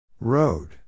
Road